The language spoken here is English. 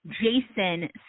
Jason